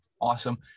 awesome